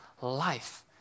life